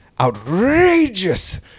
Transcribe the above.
outrageous